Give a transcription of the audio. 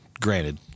granted